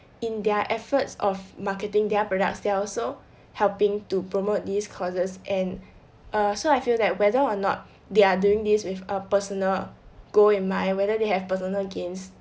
in their efforts of marketing their products they are also helping to promote these causes and err so I feel that whether or not they're doing this with a personal goal in mind whether they have personal gains